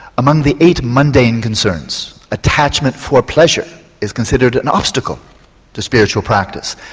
among the eight mundane concerns, attachment for pleasure is considered an obstacle to spiritual practice.